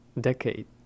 decade